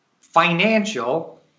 financial